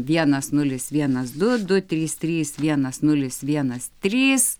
vienas nulis vienas du du trys trys vienas nulis vienas trys